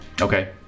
Okay